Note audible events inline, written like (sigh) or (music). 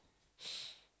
(noise)